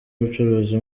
ubucuruzi